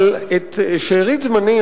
אבל את שארית זמני,